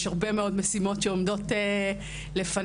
יש הרבה מאוד משימות שעומדות לפנינו,